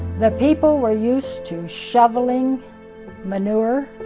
the people were used to shoveling manure,